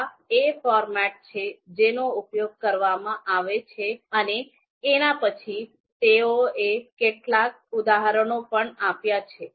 આ એ ફોર્મેટ છે જેનો ઉપયોગ કરવામાં આવે છે અને એના પછી તેઓએ કેટલાક ઉદાહરણો પણ આપ્યા છે